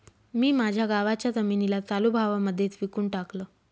मी माझ्या गावाच्या जमिनीला चालू भावा मध्येच विकून टाकलं